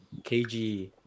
KG